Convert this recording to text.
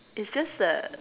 it's just the